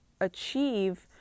achieve